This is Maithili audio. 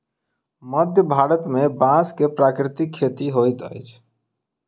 मध्य भारत में बांस के प्राकृतिक खेती होइत अछि